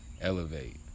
elevate